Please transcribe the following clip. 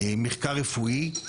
מחקר רפואי.